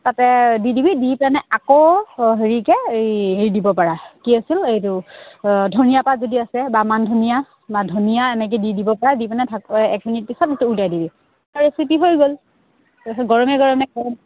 তাতে দি দিবি দি পিনে আকৌ হেৰিকে এই হেৰি দিব পাৰা কি আছিল এইটো ধনিয়া পাত যদি আছে বা মান ধনিয়া বা ধনিয়া এনেকে দি দিব পাৰা দি পিনেক এক মিনিট দিবি ৰেচিপি হৈ গ'ল তাৰপিছত গৰমে গৰমে